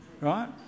right